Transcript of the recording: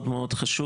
מאוד מאוד חשוב,